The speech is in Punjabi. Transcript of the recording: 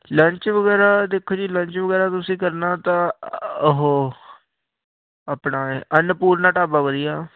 ਲੰਚ ਵਗੈਰਾ ਦੇਖੋ ਜੀ ਲੰਚ ਵਗੈਰਾ ਤੁਸੀਂ ਕਰਨਾ ਤਾਂ ਉਹ ਆਪਣਾ ਅਨਪੂਲਨ ਢਾਬਾ ਵਧੀਆ